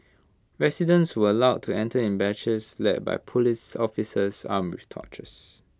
residents were allowed to enter in batches led by Police officers armed with torches